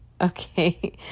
Okay